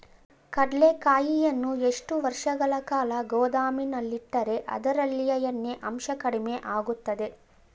ಕಡ್ಲೆಕಾಯಿಯನ್ನು ಎಷ್ಟು ವರ್ಷಗಳ ಕಾಲ ಗೋದಾಮಿನಲ್ಲಿಟ್ಟರೆ ಅದರಲ್ಲಿಯ ಎಣ್ಣೆ ಅಂಶ ಕಡಿಮೆ ಆಗುತ್ತದೆ?